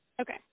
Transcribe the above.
Okay